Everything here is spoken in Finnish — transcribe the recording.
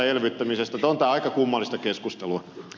on tämä aika kummallista keskustelua